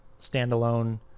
standalone